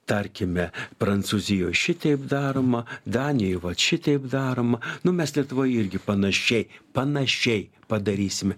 tarkime prancūzijoj šitaip daroma danijoj vat šitaip daroma nu mes lietuvoj irgi panašiai panašiai padarysim